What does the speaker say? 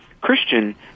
Christian